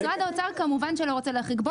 משרד האוצר לא רוצה להחריג.